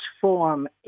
form